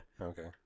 Okay